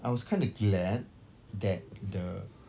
I was kinda glad that the